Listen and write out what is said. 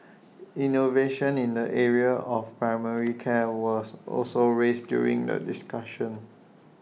innovation in the area of primary care was also raised during the discussion